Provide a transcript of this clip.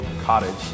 Cottage